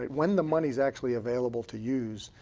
when the money is actually available to use,